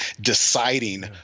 deciding